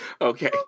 Okay